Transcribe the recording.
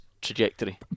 trajectory